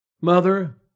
Mother